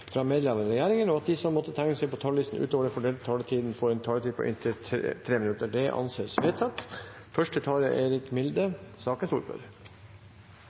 fra medlemmer av regjeringen, og at de som måtte tegne seg på talerlisten utover den fordelte taletid, får en taletid på inntil 3 minutter. – Det anses vedtatt. Da jeg er